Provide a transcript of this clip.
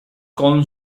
con